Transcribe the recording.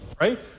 Right